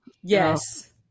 Yes